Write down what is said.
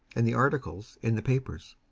and the articles in the papers.